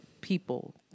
people